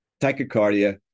tachycardia